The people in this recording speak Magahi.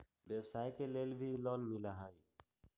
व्यवसाय के लेल भी लोन मिलहई?